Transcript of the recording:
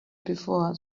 before